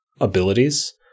abilities